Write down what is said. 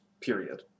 period